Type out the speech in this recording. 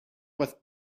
with